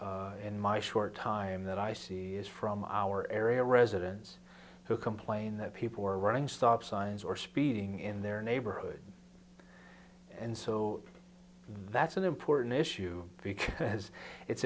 here in my short time that i see is from our area residents who complain that people are running stop signs or speeding in their neighborhood and so that's an important issue because it's